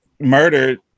murdered